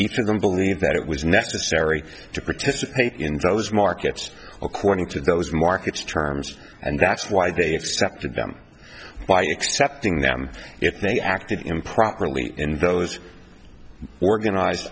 each of them believed that it was necessary to participate in those markets according to those markets terms and that's why they accepted them by accepting them if they acted improperly in those organized